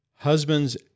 husband's